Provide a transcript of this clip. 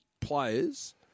players